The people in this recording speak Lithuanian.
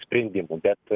sprendimų bet